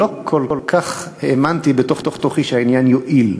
לא כל כך האמנתי בתוך-תוכי שהעניין יועיל,